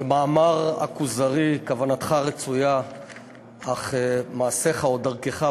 כמאמר "הכוזרי": כוונתך רצויה אך מעשיך או דרכך,